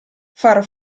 far